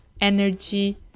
energy